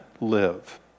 live